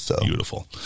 Beautiful